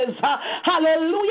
hallelujah